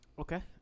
Okay